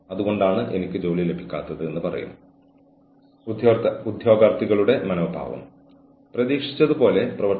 കൂടാതെ ഇതുപോലുള്ള എന്തെങ്കിലും കണ്ടെത്തിയാൽ ഉണ്ടാകാവുന്ന അനന്തരഫലങ്ങളുടെ വിശദാംശങ്ങൾ രേഖാമൂലം ജീവനക്കാരെ അറിയിക്കണം